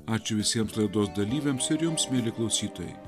ačiū visiems laidos dalyviams ir jums mieli klausytojai